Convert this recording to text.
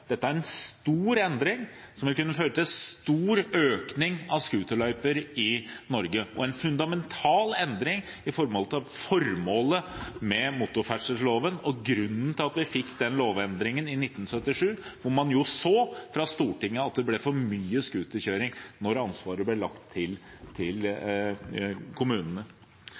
Dette er en stor endring, som vil kunne føre til stor økning av scooterløyper i Norge, og det er en fundamental endring i forhold til formålet med motorferdselloven og grunnen til at man fikk den lovendringen i 1977, hvor man jo så, fra Stortinget, at det ble for mye scooterkjøring når ansvaret ble lagt til